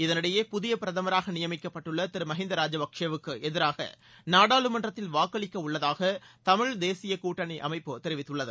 இதனிடையே புதிய பிரதமராக நியமிக்கப்பட்டுள்ள திரு மகிந்தா ராஜபக்சேவுக்கு எதிராக நாடாளுமன்றத்தில் வாக்களிக்க உள்ளதாக தமிழ் தேசிய கூட்டணி அமைப்பு அறிவித்துள்ளது